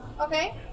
Okay